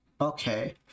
Okay